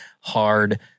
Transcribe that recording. hard